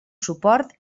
suport